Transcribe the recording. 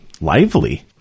lively